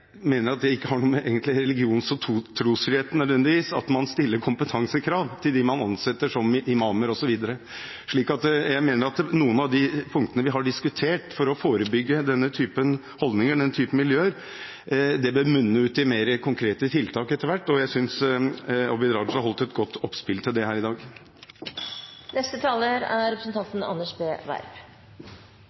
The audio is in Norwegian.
at man stiller kompetansekrav til dem man ansetter som imamer osv. Jeg mener at noen av de punktene vi har diskutert for å forebygge denne typen holdninger og denne typen miljøer, bør munne ut i mer konkrete tiltak etter hvert. Jeg synes Abid Q. Raja spilte godt opp til det her i